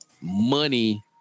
money